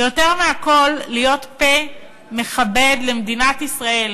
ויותר מהכול, להיות פה מכבד למדינת ישראל,